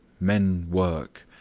men work,